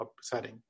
setting